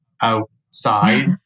outside